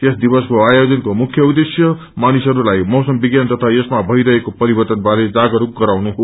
यस दिवसको आयोजनको मुख्य उद्देश्य मानिसहरूलाई मौसम विज्ञान तथा यसमा भइरहेको परिवर्तन बारे जागस्रक गराउनु हो